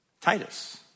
Titus